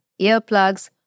earplugs